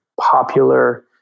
popular